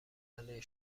المللی